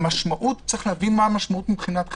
צריך להבין מה המשמעות מבחינת חברה,